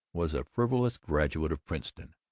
was a frivolous graduate of princeton,